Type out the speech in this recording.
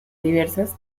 diversas